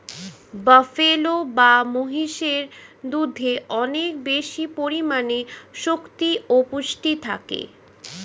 buffalo বা মহিষের দুধে অনেক বেশি পরিমাণে শক্তি ও পুষ্টি থাকে